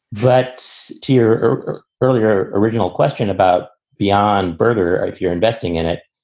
but to your earlier original question about beyond burger, if you're investing in it,